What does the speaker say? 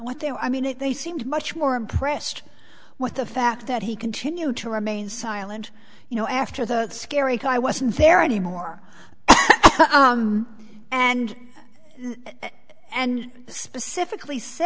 what they were i mean it they seemed much more impressed with the fact that he continued to remain silent you know after the scary guy wasn't there anymore and and specifically sa